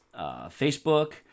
Facebook